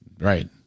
Right